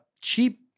cheap